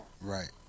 Right